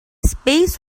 space